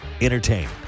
Entertain